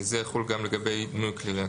זה יחול גם לגבי דמוי כלי ירייה.